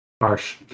harsh